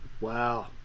Wow